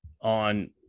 on